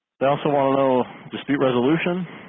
they also want to know dispute resolution.